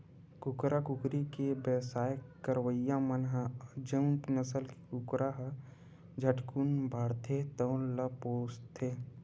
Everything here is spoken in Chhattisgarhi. कुकरा, कुकरी के बेवसाय करइया मन ह जउन नसल के कुकरा ह झटकुन बाड़थे तउन ल पोसथे